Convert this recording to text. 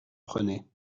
prenait